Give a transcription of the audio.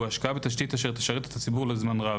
השקעה בתשתית אשר תשרת את הציבור לזמן רב,